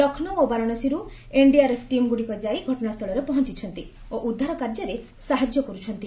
ଲକ୍ଷ୍ମୌ ଓ ବାରଣାସୀରୁ ଏନଡିଆରଏଫ ଟିମ୍ଗୁଡିକ ଯାଇ ଘଟଣାସ୍ଥଳରେ ପହଞ୍ଚୁଛନ୍ତି ଓ ଉଦ୍ଧାର କାର୍ଯ୍ୟରେ ସାହାଯ୍ୟ କରୁଛନ୍ତି